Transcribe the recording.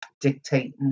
dictating